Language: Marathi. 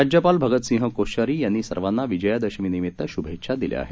राज्यपाल भगतसिंह कोश्यारी यांनी सर्वांना विजयादशमी निमित्त शुभेच्छा दिल्या आहेत